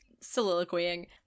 soliloquying